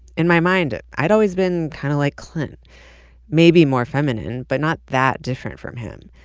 in my mind, i'd always been kind of like clint maybe more feminine, but not that different from him.